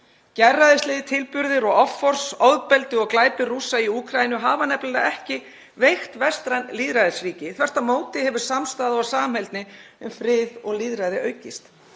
Gerræðislegir tilburðir og offors, ofbeldi og glæpir Rússa í Úkraínu hafa nefnilega ekki veikt vestræn lýðræðisríki. Þvert á móti hefur samstaða og samheldni um frið og lýðræði aukist.